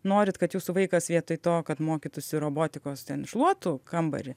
norit kad jūsų vaikas vietoj to kad mokytųsi robotikos ten šluotų kambarį